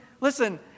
listen